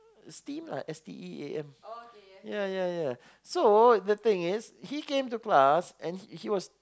steam lah S T E A M ya ya ya so is the thing is he came to class and he was